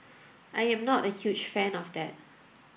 I am not a huge fan of that